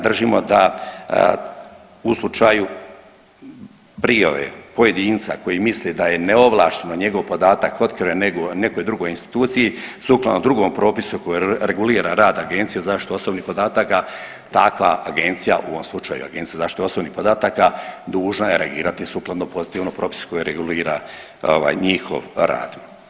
Držimo da u slučaju prijave pojedinca koji misli da je neovlašteno njegov podatak otkriven nekoj drugoj instituciji sukladno drugom propisu koji regulira rad Agencije za zaštitu osobnih podataka takva agencija u ovom slučaju Agencija za zaštitu osobnih podataka dužna je reagirati sukladno pozitivnom propisu koji regulira njihov rad.